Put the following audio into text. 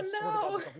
no